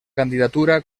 candidatura